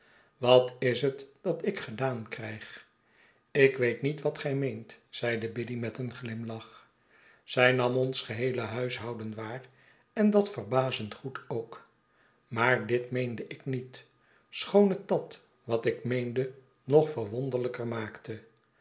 wat is het dat ik gedaan krijg ik weet niet wat gij meent zeide biddy met een glimlach zij nam ons geheele huishouden waar en dat verbazend goed ook maar dit meende ik niet schoon het dat wat ik meende nog verwonderlijker maakte